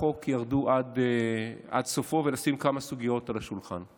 החוק ירדו עד סופם ולשים כמה סוגיות על השולחן.